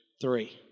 Three